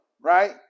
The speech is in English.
right